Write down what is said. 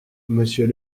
monsieur